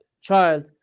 child